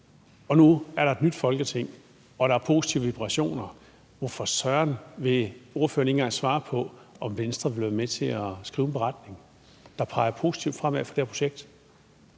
Nu er der et nyt Folketing, og der er positive vibrationer, så hvorfor søren vil ordføreren ikke engang svare på, om Venstre vil være med til at skrive en beretning, der peger positivt fremad for det her projekt?